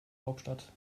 hauptstadt